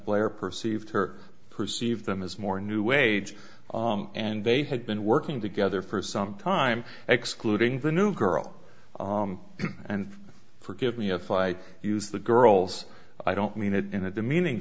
player perceived her perceive them as more new age and they had been working together for some time excluding the new girl and forgive me if i use the girls i don't mean it in a demeaning